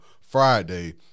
Friday